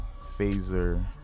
phaser